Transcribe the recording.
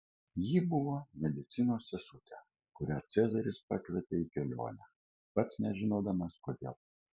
ji buvo medicinos sesutė kurią cezaris pakvietė į kelionę pats nežinodamas kodėl